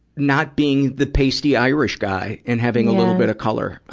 not being the pasty irish guy and having bit of color on